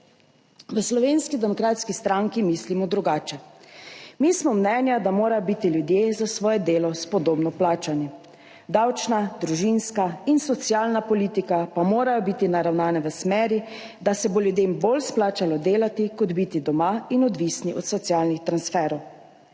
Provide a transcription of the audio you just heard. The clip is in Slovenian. V Slovenski demokratski stranki mislimo drugače. Mi smo mnenja, da morajo biti ljudje za svoje delo spodobno plačani, davčna, družinska in socialna politika pa morajo biti naravnane v smeri, da se bo ljudem bolj izplačalo delati kot biti doma in odvisni od socialnih transferov.